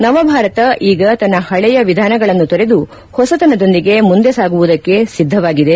ನವಭಾರತ ಈಗ ತನ್ನ ಹಳೆಯ ವಿಧಾನಗಳನ್ನು ತೊರೆದು ಹೊಸತನದೊಂದಿಗೆ ಮುಂದೆ ಸಾಗುವುದಕ್ಕೆ ಸಿದ್ದವಾಗಿದೆ